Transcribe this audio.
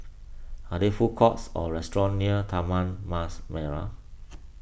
are there food courts or restaurants near Taman Mas Merah